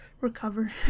recover